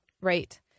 Right